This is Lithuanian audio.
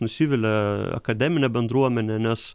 nusivilia akademine bendruomene nes